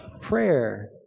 prayer